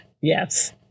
Yes